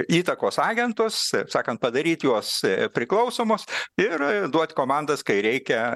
įtakos agentus sakant padaryt juos priklausomus ir duot komandas kai reikia